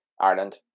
Ireland